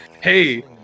hey